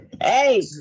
hey